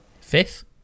Fifth